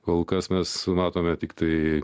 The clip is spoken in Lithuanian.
kol kas mes matome tiktai